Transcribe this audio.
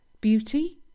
beauty